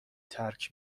ترک